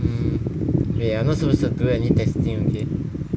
mm I'm not supposed to do any texting okay